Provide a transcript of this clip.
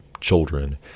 children